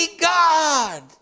God